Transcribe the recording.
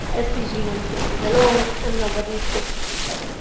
sdg monitoring is alone and nobody is talking to each other.